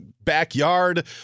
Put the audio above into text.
backyard